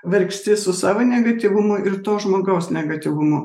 vargsti su savo negatyvumu ir to žmogaus negatyvumu